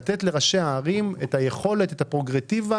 ולכן צריך לתת לראשי הערים את היכולת והפררוגטיבה